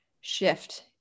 shift